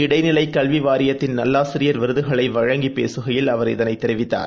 இடைநிலைகல்விவாரியத்தின் நல்லாசிரியர் விருதுகளைவழங்கிபேசுகையில் மத்திய அவர் இதனைதெரிவித்தார்